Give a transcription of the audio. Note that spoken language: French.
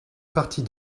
partie